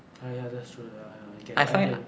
ah ya that's true I get you I get it